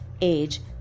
age